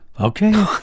Okay